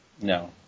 no